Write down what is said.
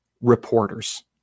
reporters